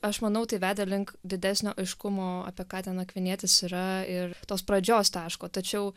aš manau tai veda link didesnio aiškumo apie ką ten akvinietis yra ir tos pradžios taško tačiau